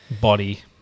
body